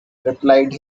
replied